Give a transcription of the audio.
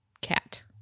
cat